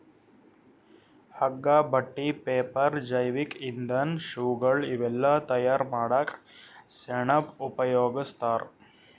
ಹಗ್ಗಾ ಬಟ್ಟಿ ಪೇಪರ್ ಜೈವಿಕ್ ಇಂಧನ್ ಶೂಗಳ್ ಇವೆಲ್ಲಾ ತಯಾರ್ ಮಾಡಕ್ಕ್ ಸೆಣಬ್ ಉಪಯೋಗಸ್ತಾರ್